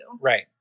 Right